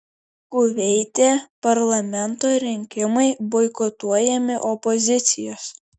kuveite parlamento rinkimai boikotuojami opozicijos